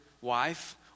wife